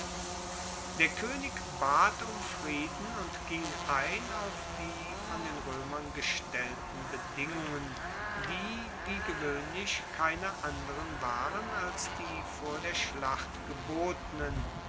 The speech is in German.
der koenig bat um frieden und ging ein auf die von den roemern gestellten bedingungen die wie gewoehnlich keine anderen waren als die vor der schlacht gebotenen